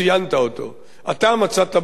אתה מצאת בו אסמכתה.